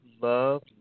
love